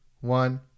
one